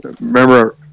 Remember